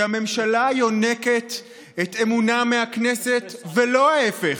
שהממשלה יונקת את אמונה מהכנסת ולא ההפך,